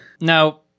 Now